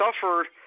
suffered